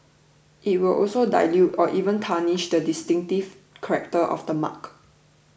it will also dilute or even tarnish the distinctive character of the mark